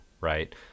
right